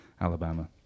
Alabama